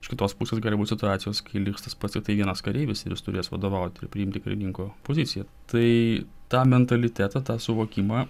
iš kitos pusės gali būt situacijos kai liks tas pats tiktai vienas kareivis ir jis turės vadovauti ir priimti karininko poziciją tai tą mentalitetą tą suvokimą